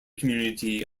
community